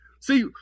See